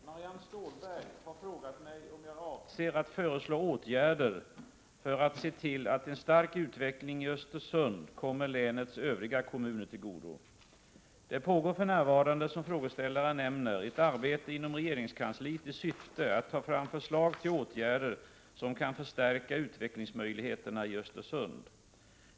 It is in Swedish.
Herr talman! Marianne Stålberg har frågat mig om jag avser att föreslå åtgärder för att se till att en stark utveckling i Östersund kommer länets övriga kommuner till godo. Det pågår för närvarande, som frågeställaren nämner, ett arbete inom regeringskansliet i syfte att ta fram förslag till åtgärder som kan förstärka utvecklingsmöjligheterna i Östersund.